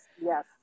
Yes